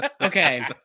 Okay